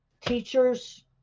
teachers